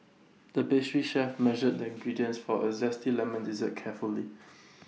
the pastry chef measured the ingredients for A Zesty Lemon Dessert carefully